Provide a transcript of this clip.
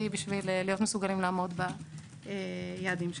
בשביל להיות מסוגלים לעמוד ביעדים שלנו.